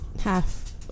half